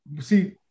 see